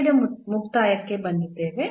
ಪಠ್ಯದ ಮುಕ್ತಾಯಕ್ಕೆ ಬಂದಿದ್ದೇವೆ